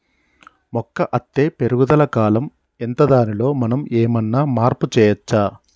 మొక్క అత్తే పెరుగుదల కాలం ఎంత దానిలో మనం ఏమన్నా మార్పు చేయచ్చా?